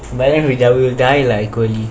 but then we will die lah equally